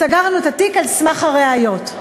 סגרנו את התיק על סמך הראיות.